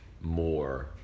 more